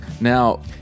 Now